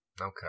Okay